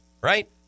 right